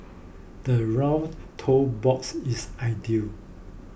the rounded toe box is ideal